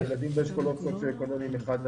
הילדים באשכולות סוציואקונומיים 5-1,